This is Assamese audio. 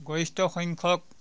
গৰিষ্ঠ সংখ্যক